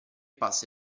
passa